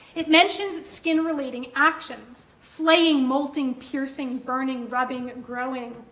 it mentions skin-relating actions, flaying, molting, piercing, burning, rubbing, growing.